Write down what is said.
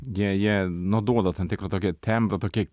jie jie nu duoda tam tikrą tokį tempą tokį